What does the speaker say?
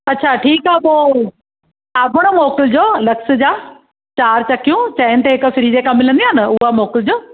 अच्छा ठीकु आहे पोइ साबुण मोकिलिजो लक्स जा चारि चकियूं चइनि ते हिकु फ्री जेका मिलंदी आहे न उहा मोकिलिजो